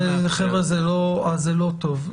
זה לא טוב.